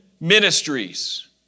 ministries